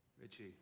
Richie